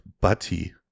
butty